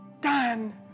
done